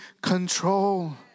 control